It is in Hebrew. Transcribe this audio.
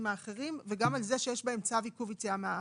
האחרים וגם על זה שיש בהם צו עיכוב יציאה מהארץ.